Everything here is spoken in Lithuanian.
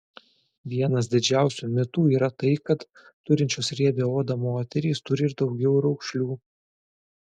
vienas didžiausių mitų yra tai kad turinčios riebią odą moterys turi ir daugiau raukšlių